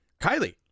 Kylie